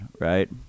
right